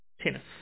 tennis